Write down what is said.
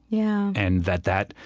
yeah and that that,